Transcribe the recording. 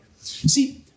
See